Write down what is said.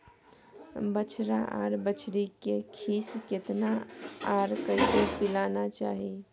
बछरा आर बछरी के खीस केतना आर कैसे पिलाना चाही?